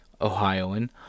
Ohioan